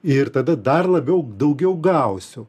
ir tada dar labiau daugiau gausiu